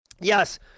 Yes